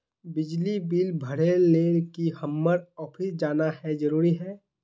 बिजली बिल भरे ले की हम्मर ऑफिस जाना है जरूरी है?